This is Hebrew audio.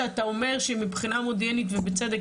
שאתה אומר שמבחינה מודיעינית ובצדק,